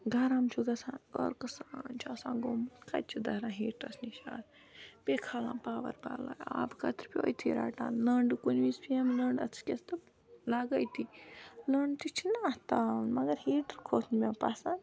گَرم چھُ گَژھان ٲرکہٕ سران چھُ آسان گوٚمُت کَتہِ چھِ دران ہیٖٹرَس نِش آز بیٚیہِ کھالان پاور بلاے آبہٕ قطرٕ پِیٚو أتھی رَٹان لٔنڑ کُنہٕ وِز پییَم لٔنڑ اَتھس کٮ۪تھ تہٕ لَگہٕ أتی لٔنڑ تہِ چھِنا اَتھ تاوَن مَگر ہیٖٹَر کھوٚت نہٕ مےٚ پَسند